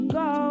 go